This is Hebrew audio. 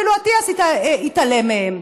שאפילו אטיאס התעלם מהן.